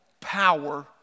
power